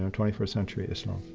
twenty first century islam